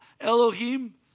Elohim